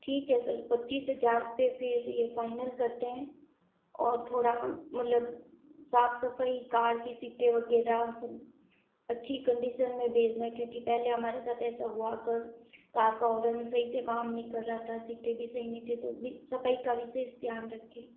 ठीक है सर पच्चीस हज़ार पर फ़िर ये फाइनल करते हैं और थोड़ा हम मतलब साफ़ सफ़ाई कार की सीटें वगैरह सब अच्छी कंडीशन में भेजना क्योंकि पहले हमारे साथ ऐसा हुआ क कार का हॉर्न सही से काम नहीं कर रहा था सीटें भी सही नहीं थीं तो सफ़ाई का भी विशेष ध्यान रखें